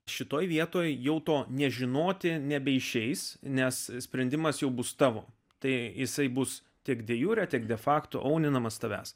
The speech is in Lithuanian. šitoje vietoj jau to nežinoti nebeišeis nes sprendimas jau bus tavo tai jisai bus tiek de jure tiek de fakto auninamas tavęs